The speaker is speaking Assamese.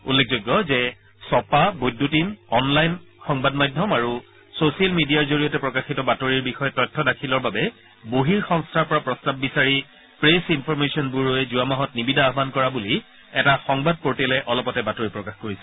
উল্লেখযোগ্য যে ছপা বৈদ্যুতিন অনলাইন সংবাদ মাধ্যম আৰু ছচিয়েল মিডিয়াৰ জৰিয়তে প্ৰকাশিত বাতৰিৰ বিষয়ে তথ্য দাখিলৰ বাবে বহিঃসংস্থাৰ পৰা প্ৰস্তাৱ বিচাৰি প্ৰেছ ইনফৰমেশ্যন ব্যুৰোৱে যোৱা মাহত নিবিদা আহান কৰা বুলি এটা সংবাদ পোৰ্টেলে অলপতে বাতৰি প্ৰকাশ কৰিছিল